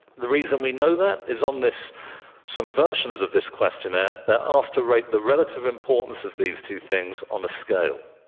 the reason we know that is on some versions of this questionnaire, they're asked to rate the relative importance of these two things on a scale.